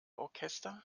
orchester